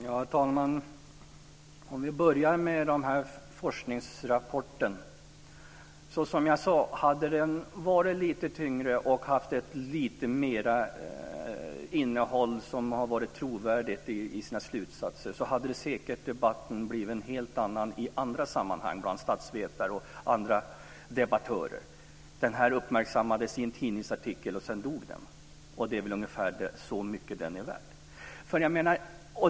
Herr talman! Vi börjar med forskningsrapporten. Som jag sade, hade den varit lite tyngre och i sina slutsatser haft ett lite mer trovärdigt innehåll hade debatten säkert blivit en helt annan i andra sammanhang, bland statsvetare och andra debattörer. Den här uppmärksammades i en tidningsartikel och sedan dog den. Och det är väl ungefär så mycket den är värd.